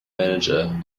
manager